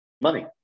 money